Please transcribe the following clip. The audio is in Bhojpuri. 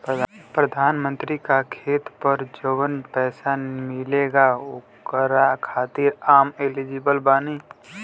प्रधानमंत्री का खेत पर जवन पैसा मिलेगा ओकरा खातिन आम एलिजिबल बानी?